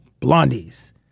blondies